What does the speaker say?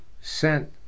sent